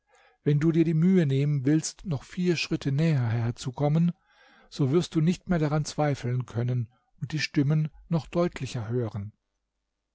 wenn du dir die mühe nehmen willst noch vier schritte näher herzu zu kommen so wirst du nicht mehr daran zweifeln können und die stimmen noch deutlicher hören